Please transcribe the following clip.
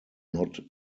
not